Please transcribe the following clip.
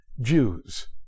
Jews